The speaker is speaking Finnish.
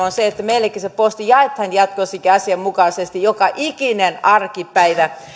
on se että meillekin se posti jaetaan jatkossakin asianmukaisesti joka ikinen arkipäivä